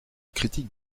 critique